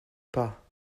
pas